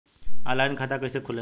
Online खाता कइसे खुलेला?